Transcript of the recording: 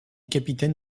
capitaine